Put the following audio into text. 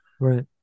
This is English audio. right